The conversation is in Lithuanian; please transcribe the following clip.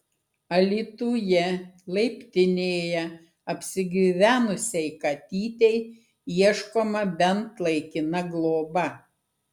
alytuje laiptinėje apsigyvenusiai katytei ieškoma bent laikina globa